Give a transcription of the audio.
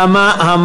זה לא נכון.